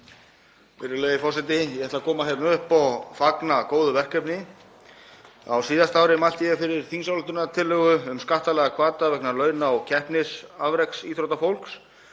Virðulegi forseti. Ég ætla að koma hérna upp og fagna góðu verkefni. Á síðasta ári mælti ég fyrir þingsályktunartillögu um skattalega hvata vegna launa keppnis- og afreksíþróttafólks.